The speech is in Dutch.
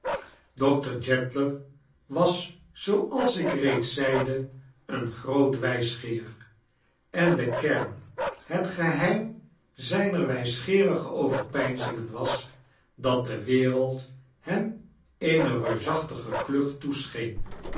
doctor jeddler wasi zfooals ik reeds zeide een groot wijsgeer en de kern het geheim zijner wijsgeerige ovarpednzingen was dat de wereld hern eene reusachtige klucht toescheen